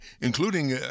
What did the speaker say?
including